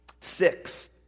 Six